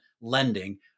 lending